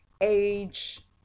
age